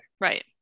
Right